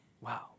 Wow